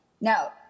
Now